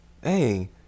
hey